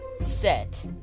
set